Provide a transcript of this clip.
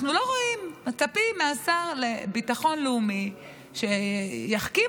אנחנו מצפים מהשר לביטחון לאומי שיחכים